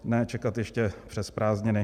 Ne čekat ještě přes prázdniny.